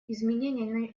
изменения